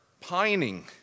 pining